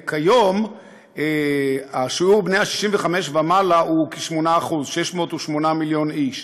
כיום שיעור בני ה-65 ומעלה הוא כ-8% 608 מיליון איש.